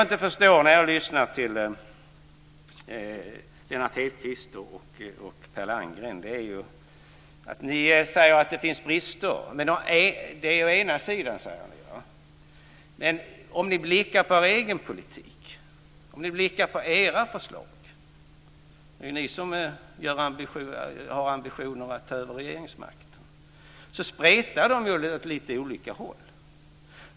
Lennart Hedquist och Per Landgren säger å ena sidan att det finns brister. Men era förslag spretar åt olika håll. Ni har ju ambitionen att ta över regeringsmakten.